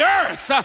earth